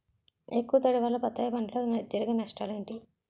ఎక్కువ తడి వల్ల బత్తాయి పంటలో జరిగే నష్టాలేంటి?